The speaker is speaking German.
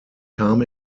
kam